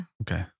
Okay